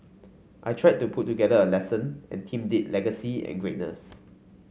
I tried to put together a lesson and themed it legacy and greatness